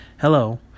Hello